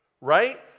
right